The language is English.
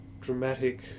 dramatic